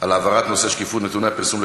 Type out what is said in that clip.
על העברת נושא שקיפות נתוני הפרסום של